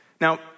Now